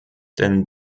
denn